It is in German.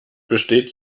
besteht